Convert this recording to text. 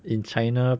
in china